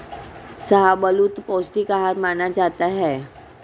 शाहबलूत पौस्टिक आहार माना जाता है